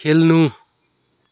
खेल्नु